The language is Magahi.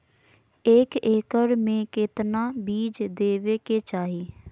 एक एकड़ मे केतना बीज देवे के चाहि?